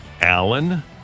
Allen